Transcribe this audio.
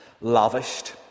Lavished